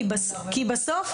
כי בסוף,